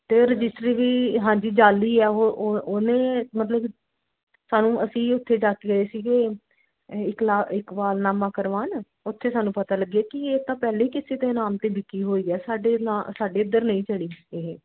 ਅਤੇ ਉਹ ਰਜਿਸਟਰੀ ਵੀ ਹਾਂਜੀ ਜਾਲੀ ਹੈ ਉਹ ਉਹ ਉਹਨੇ ਮਤਲਬ ਸਾਨੂੰ ਅਸੀਂ ਉੱਥੇ ਤੱਕ ਗਏ ਸੀਗੇ ਇਹ ਇਕੱਲਾ ਇਕਬਾਲਨਾਮਾ ਕਰਵਾਨ ਉੱਥੇ ਸਾਨੂੰ ਪਤਾ ਲੱਗਿਆ ਕਿ ਇਹ ਤਾਂ ਪਹਿਲੇ ਹੀ ਕਿਸੇ ਦੇ ਨਾਮ 'ਤੇ ਵਿਕੀ ਹੋਈ ਹੈ ਸਾਡੇ ਨਾ ਸਾਡੇ ਇੱਧਰ ਨਹੀਂ ਚੜ੍ਹੀ ਇਹ